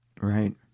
Right